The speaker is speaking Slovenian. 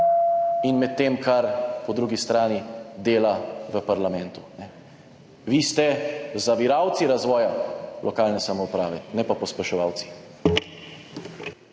in med tem, kar po drugi strani dela v parlamentu. Vi ste zaviralci razvoja lokalne samouprave, ne pa pospeševalci.